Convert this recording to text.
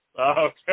Okay